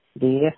de